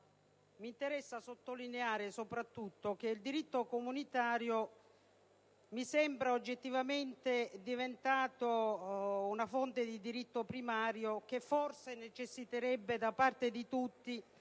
mi interessa sottolineare soprattutto che il diritto comunitario mi sembra oggettivamente diventato una fonte di diritto primario, che forse necessiterebbe da parte di tutti